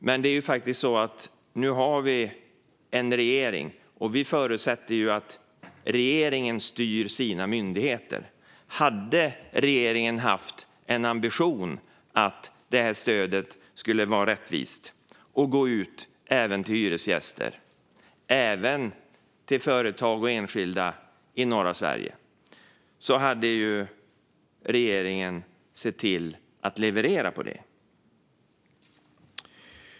Men nu har vi faktiskt en regering, och vi förutsätter att regeringen styr sina myndigheter. Om regeringen hade haft en ambition att stödet skulle vara rättvist och gå även till hyresgäster och till företag och enskilda i norra Sverige hade den sett till att leverera det.